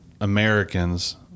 americans